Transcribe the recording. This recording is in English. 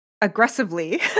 Aggressively